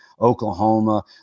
Oklahoma